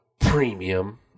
premium